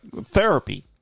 therapy